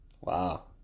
Wow